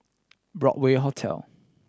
Broadway Hotel